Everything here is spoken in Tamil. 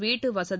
வீட்டு வசதி